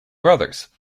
brothers